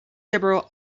several